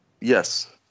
Yes